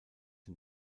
dem